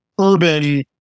urban